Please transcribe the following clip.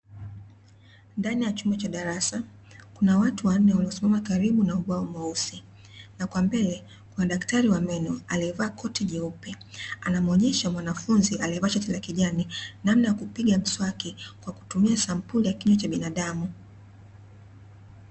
Ndani ya chumba cha darasa, kuna watu wanne waliosimama karibu na ubao mweusi, na kwa mbele kuna daktari wa meno aliyevaa koti jeupe, anamuonyesha mwanafunzi aliyevaa shati la kijani, namna ya kupiga mswaki kwa kutumia sampuli ya kinywa cha binadamu.